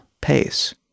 pace